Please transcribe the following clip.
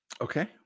Okay